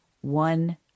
One